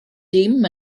dim